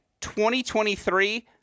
2023—